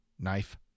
Knife